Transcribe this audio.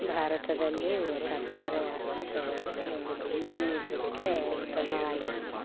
ಭಾರತದಲ್ಲಿ ಸರ್ಕಾರಿ ಆಸ್ಪತ್ರೆಗಳು ಈಗಿನ ಇದಕ್ಕೆ ಉತ್ತಮವಾಗಿದಾವೆ